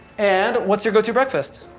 and what's your go-to breakfast?